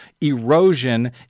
erosion